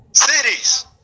Cities